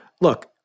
look